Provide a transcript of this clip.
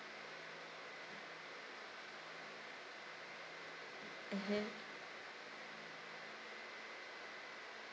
mmhmm